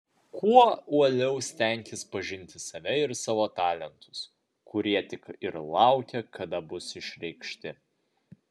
kuo uoliau stenkis pažinti save ir savo talentus kurie tik ir laukia kada bus išreikšti